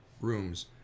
rooms